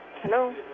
Hello